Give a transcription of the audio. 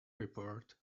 report